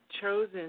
chosen